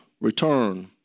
return